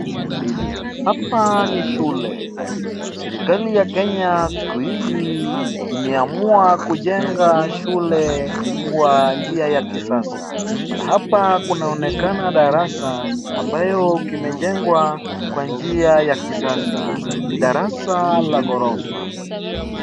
Hapa ni shule. Serikali ya Kenya siku hizi imeamua kujenga shule kwa njia ya kisasa. Na hapa kunaonekana darasa ambayo kimejengwa kwa njia ya kisasa. Ni darasa la ghorofa.